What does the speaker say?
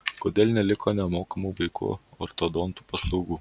kodėl neliko nemokamų vaikų ortodontų paslaugų